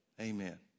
Amen